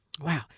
Wow